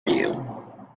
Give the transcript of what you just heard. you